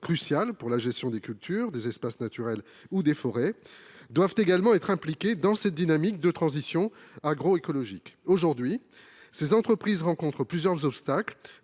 cruciales pour la gestion des cultures, des espaces naturels ou des forêts, doivent également être impliquées dans cette dynamique de transition agroécologique. À l’heure actuelle, elles rencontrent plusieurs obstacles